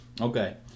Okay